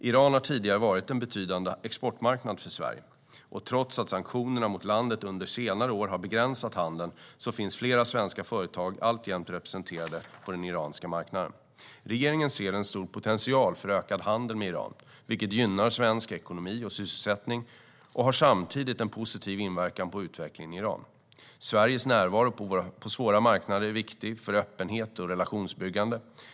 Iran har tidigare varit en betydande exportmarknad för Sverige, och trots att sanktionerna mot landet under senare år har begränsat handeln finns flera svenska företag alltjämt representerade på den iranska marknaden. Regeringen ser en stor potential för ökad handel med Iran, vilket gynnar svensk ekonomi och sysselsättning och samtidigt har en positiv inverkan på utvecklingen i Iran. Sveriges närvaro på svåra marknader är viktig för öppenhet och relationsbyggande.